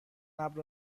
ابر